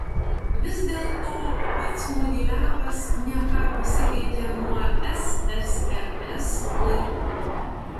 vis dėlto pats mogiliavas ne ką pasikeitė nuo ssrs laikų